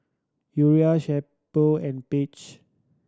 Uriah and Paige